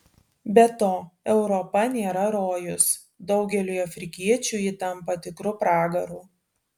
be to europa nėra rojus daugeliui afrikiečių ji tampa tikru pragaru